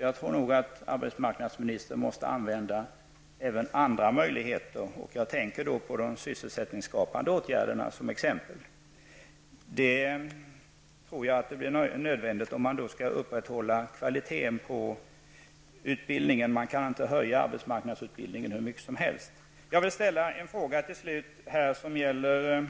Jag tror att arbetsmarknadsministern måste använda även andra möjligheter, och jag tänker då på de sysselsättningsskapande åtgärderna. Det tror jag blir nödvändigt om man skall kunna upprätthålla kvaliteten på utbildningen. Man kan inte öka arbetsmarknadsutbildningen hur mycket som helst. Slutligen vill jag ställa en fråga som gäller ett